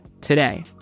today